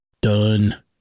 Done